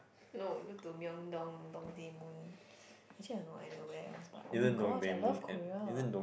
no go to Myeongdong Dongdaemun actually I have no idea where else but [oh]-my-gosh I love Korea